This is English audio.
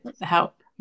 help